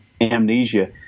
amnesia